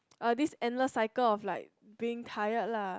uh this endless cycle of like being tired lah